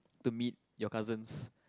to meet your cousins